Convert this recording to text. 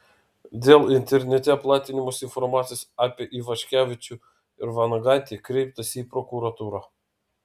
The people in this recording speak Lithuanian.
dėl internete platinamos informacijos apie ivaškevičių ir vanagaitę kreiptasi į prokuratūrą